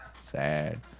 Sad